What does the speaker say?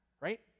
right